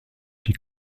die